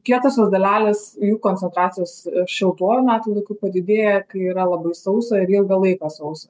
kietosios dalelės jų koncentracijos šiltuoju metų laiku padidėja kai yra labai sausa ir ilgą laiką sausa